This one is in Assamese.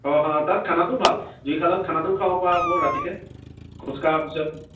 অ' তাত খানাটো ভাল জুইশালত খানাটো খাব পৰা হ'ব ৰাতিকৈ খোজকঢ়াৰ পিছত